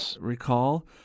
recall